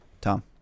Tom